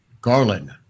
Garland